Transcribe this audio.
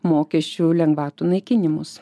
mokesčių lengvatų naikinimus